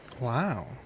Wow